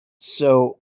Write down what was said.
So-